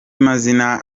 mazina